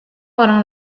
orang